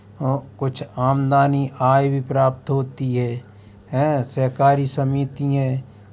आ कुछ आमदनी आय भी प्राप्त होती है हें सहकारी समिति हैं